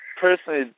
Personally